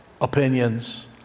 opinions